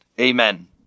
Amen